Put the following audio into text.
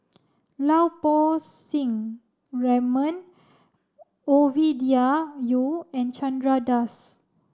Lau Poo Seng Raymond Ovidia Yu and Chandra Das